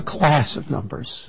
class of numbers